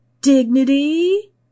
dignity